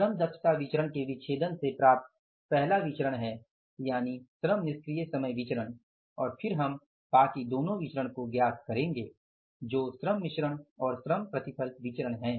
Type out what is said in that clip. श्रम दक्षता विचरण के विच्छेदन से प्राप्त पहला विचरण है यानि श्रम निष्क्रिय समय विचरण1 और फिर हम बाकि दोनों विचरण को ज्ञात करेंगे जो श्रम मिश्रण और श्रम प्रतिफल विचरण हैं